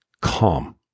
calm